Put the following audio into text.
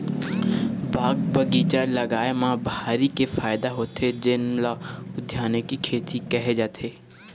बाग बगीचा लगाए म भारी के फायदा होथे जेन ल उद्यानिकी खेती केहे जाथे